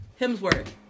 Hemsworth